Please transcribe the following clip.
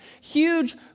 huge